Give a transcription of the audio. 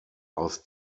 aus